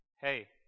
Hey